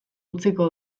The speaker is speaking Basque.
utziko